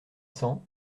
cents